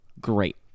great